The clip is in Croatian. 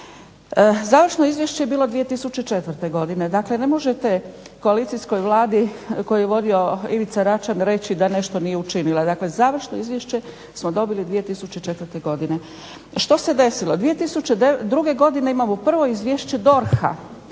Završno izvješće bilo je 2004. godine, dakle ne možete koalicijskoj vladi koju je vodio Ivica RAčan reći da nešto nije učinila. Dakle, završno izvješće smo dobili 2004. godine. Što se desilo? 2002. godine imamo prvo izvješće DORH-a